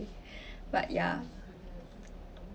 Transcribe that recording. but ya